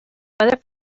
weather